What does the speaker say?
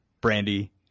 brandy